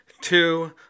two